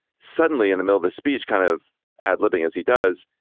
suddenly in the middle, the speech kind of ad libbing as he does.